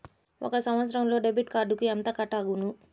ఒక సంవత్సరంలో డెబిట్ కార్డుకు ఎంత కట్ అగును?